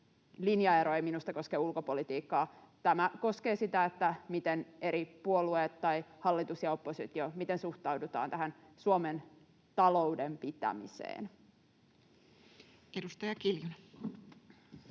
linjaero ei minusta koske ulkopolitiikkaa. Tämä koskee sitä, miten eri puolueet tai hallitus ja oppositio suhtautuvat Suomen taloudenpitämiseen. [Speech 137]